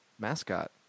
mascot